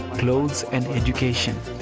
clothes, and education,